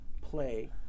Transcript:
play